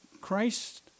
Christ